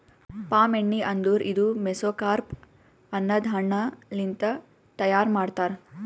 palm ಎಣ್ಣಿ ಅಂದುರ್ ಇದು ಮೆಸೊಕಾರ್ಪ್ ಅನದ್ ಹಣ್ಣ ಲಿಂತ್ ತೈಯಾರ್ ಮಾಡ್ತಾರ್